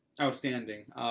outstanding